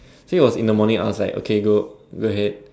so it was in the morning I was like okay go go ahead